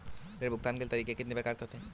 ऋण भुगतान के तरीके कितनी प्रकार के होते हैं?